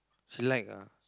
she like ah